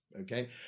okay